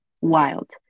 wild